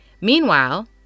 Meanwhile